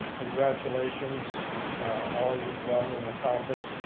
congratulations all you've done and accomplished,